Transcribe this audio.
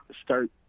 start